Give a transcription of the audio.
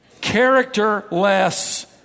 characterless